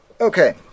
Okay